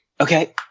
Okay